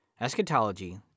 Eschatology